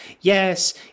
Yes